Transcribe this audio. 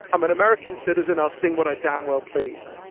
i'm an american citizen i'll sing what i damn well please.